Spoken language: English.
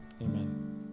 amen